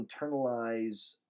internalize